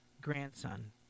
grandson